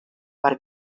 per